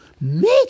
Make